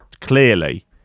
clearly